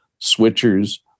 switchers